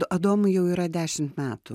adomui jau yra dešimt metų